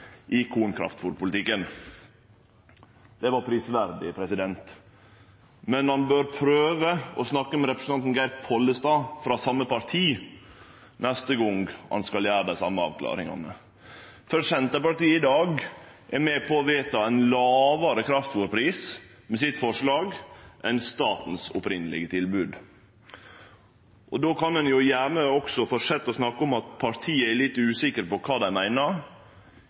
i korn- og kraftfôrpolitikken. Det var prisverdig. Men han bør prøve å snakke med representanten Geir Pollestad frå same parti neste gong han skal gjere dei same avklaringane, for Senterpartiet er i dag med på å vedta ein lågare kraftfôrpris med sitt forslag enn statens opphavlege tilbod. Då kan ein gjerne også fortsetje å snakke om at partiet er litt usikre på kva dei meiner.